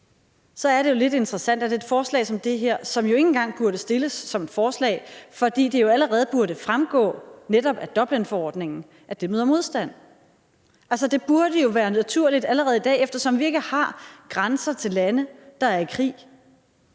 så er det jo lidt interessant, at et forslag som det her, som jo ikke engang burde stilles som et forslag, fordi det jo allerede burde fremgå af netop Dublinforordningen, møder modstand. Det burde jo være naturligt allerede i dag, eftersom vi ikke har grænser til lande, der er i krig